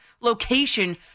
location